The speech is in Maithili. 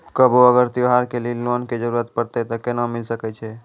कभो अगर त्योहार के लिए लोन के जरूरत परतै तऽ केना मिल सकै छै?